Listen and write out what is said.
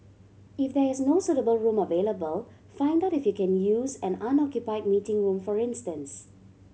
if there is no suitable room available find out if you can use an unoccupy meeting room for instance